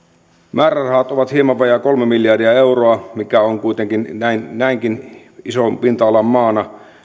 määrärahat ovat hieman vajaa kolme miljardia euroa mikä on kuitenkin näinkin ison pinta alan maana